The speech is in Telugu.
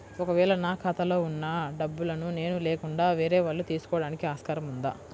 ఒక వేళ నా ఖాతాలో వున్న డబ్బులను నేను లేకుండా వేరే వాళ్ళు తీసుకోవడానికి ఆస్కారం ఉందా?